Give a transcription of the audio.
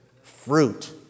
fruit